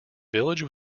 village